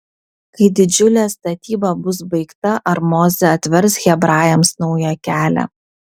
kai didžiulė statyba bus baigta ar mozė atvers hebrajams naują kelią